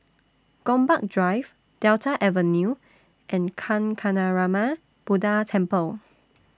Gombak Drive Delta Avenue and Kancanarama Buddha Temple